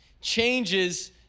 changes